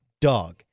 dog